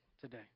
today